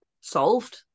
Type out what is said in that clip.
solved